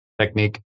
technique